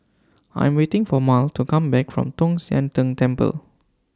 I Am waiting For Mal to Come Back from Tong Sian Tng Temple